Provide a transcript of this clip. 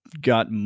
got